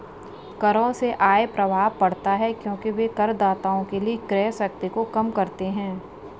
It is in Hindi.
करों से आय प्रभाव पड़ता है क्योंकि वे करदाताओं के लिए क्रय शक्ति को कम करते हैं